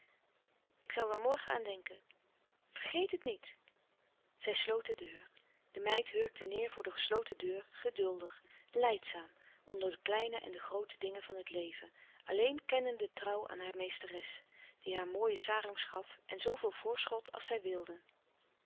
ik zal er morgen aan denken vergeet het niet zij sloot de deur de meid hurkte neêr voor de gesloten deur geduldig lijdzaam onder de kleine en de groote dingen van het leven alleen kennende trouw aan hare meesteres die haar mooie sarongs gaf en zooveel voorschot als zij wilde